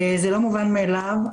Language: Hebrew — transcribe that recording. זה לא מובן מאליו,